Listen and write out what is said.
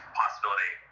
possibility